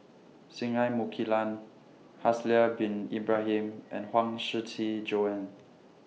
Singai Mukilan Haslir Bin Ibrahim and Huang Shiqi Joan